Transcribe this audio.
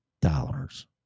dollars